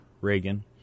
Reagan